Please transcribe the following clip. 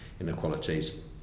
inequalities